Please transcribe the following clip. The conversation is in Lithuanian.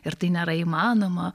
ir tai nėra įmanoma